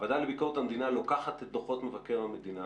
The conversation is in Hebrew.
הוועדה לביקורת המדינה לוקחת את דוחות מבקר המדינה